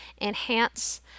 enhance